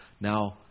Now